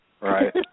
Right